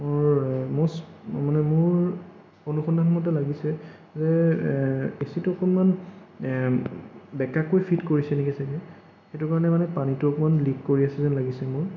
মোৰ মচ মানে মোৰ অনুসন্ধান মতে লাগিছে যে এ এচিটো অকণমান বেকাকৈ ফিট কৰিছে নেকি চাগৈ সেইটো কাৰণে মানে পানীটো অকণমান লিক কৰি আছে যেন লাগিছে মোৰ